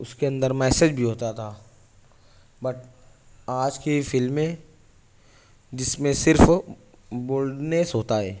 اس کے اندر میسج بھی ہوتا تھا بٹ آج کی فلمیں جس میں صرف بولڈنیس ہوتا ہے